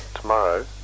tomorrow